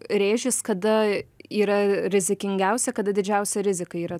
rėžis kada yra rizikingiausia kada didžiausia rizika yra